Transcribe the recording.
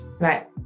Right